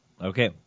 Okay